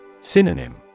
Synonym